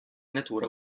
natura